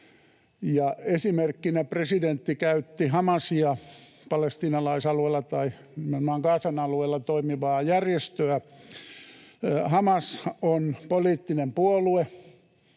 esimerkkinä presidentti käytti Hamasia, palestiinalaisalueella tai nimenomaan Gazan alueella toimivaa järjestöä. Hamas on poliittinen puolue,